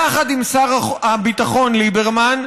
יחד עם שר הביטחון ליברמן,